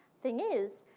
thing is,